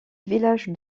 village